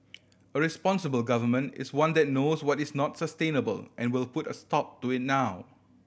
a responsible Government is one that knows what is not sustainable and will put a stop to it now